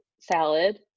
salad